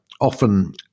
often